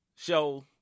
Show